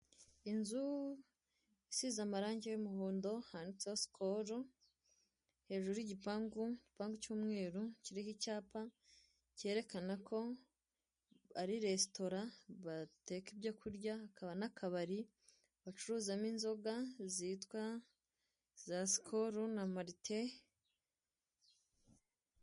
Inzu isize amarange y'umuhondo handitseho Skol hejuru y'igipandu, igigpangu cy'umweru kiriho icyapa kerekana ko ari resitora bateka ibyo kurya hakaba n'akabari bacuruzamo inzoga zitwa za Skol na Malt.